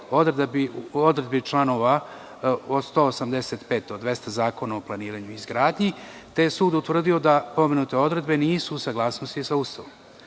odredbi članova od 185. od 200. Zakona o planiranju i izgradnji, te je sud utvrdio da pomenute odredbe nisu u saglasnosti sa Ustavom.